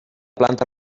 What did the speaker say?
planta